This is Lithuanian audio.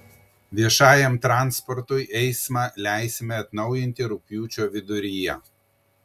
viešajam transportui eismą leisime atnaujinti rugpjūčio viduryje